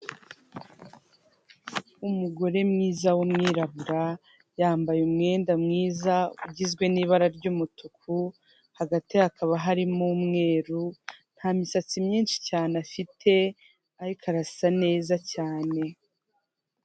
Umugore mwiza w'umwirabura yambaye umwenda mwiza ugizwe n'ibara ry'umutuku hagati hakaba harimo umweru, nta misatsi myinshi cyane afite ariko arasa neza cyane.